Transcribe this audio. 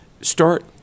start